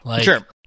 sure